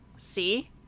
See